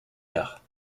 quart